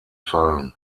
fallen